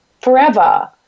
forever